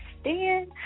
stand